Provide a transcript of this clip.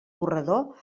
corredor